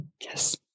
Yes